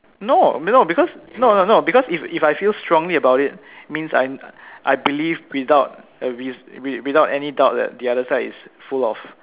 no middle because no no no because if if I feel strongly about it means I I believe without a reaso~ without any doubt that the other side is full of